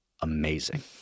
amazing